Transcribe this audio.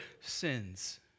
sins